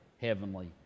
heavenly